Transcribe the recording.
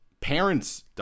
parents